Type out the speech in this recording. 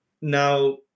Now